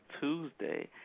Tuesday